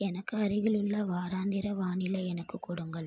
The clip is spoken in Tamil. எனக்கு அருகிலுள்ள வாராந்திர வானிலை எனக்குக் கொடுங்கள்